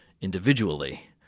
individually